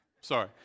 Sorry